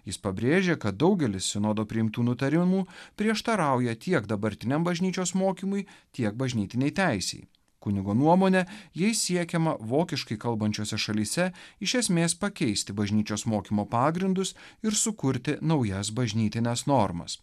jis pabrėžė kad daugelis sinodo priimtų nutarimų prieštarauja tiek dabartiniam bažnyčios mokymui tiek bažnytinei teisei kunigo nuomone jei siekiama vokiškai kalbančiose šalyse iš esmės pakeisti bažnyčios mokymo pagrindus ir sukurti naujas bažnytines normas